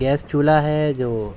gas چولہا ہے جو